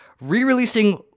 re-releasing